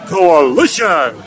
Coalition